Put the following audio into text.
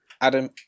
Adam